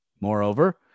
Moreover